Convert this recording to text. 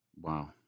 Wow